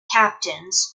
captains